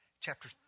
chapter